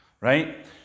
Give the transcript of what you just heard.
Right